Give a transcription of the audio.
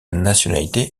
nationalité